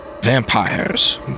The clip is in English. vampires